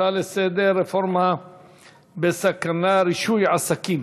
הצעות לסדר-היום בנושא: רישוי עסקים,